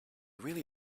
really